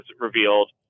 revealed